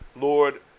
lord